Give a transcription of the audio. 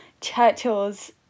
Churchill's